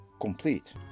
complete